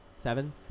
Seven